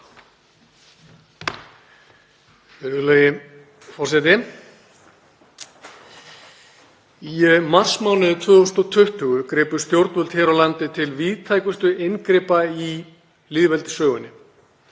Virðulegi forseti. Í marsmánuði 2020 gripu stjórnvöld hér á landi til víðtækustu inngripa í lýðveldissögunni.